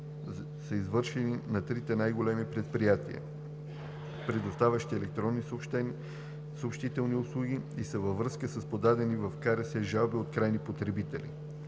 са извършени на трите най-големи предприятия, предоставящи електронни съобщителни услуги, и са във връзка с подадени в КРС жалби от крайни потребители,